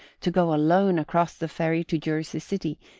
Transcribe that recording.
to go alone across the ferry to jersey city,